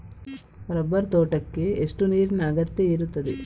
Rubber ತೋಟಕ್ಕೆ ಎಷ್ಟು ನೀರಿನ ಅಗತ್ಯ ಇರುತ್ತದೆ?